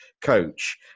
coach